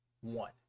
one